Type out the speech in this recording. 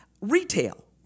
retail